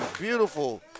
beautiful